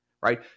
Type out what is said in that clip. right